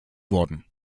worden